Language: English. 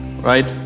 Right